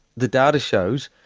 the data shows,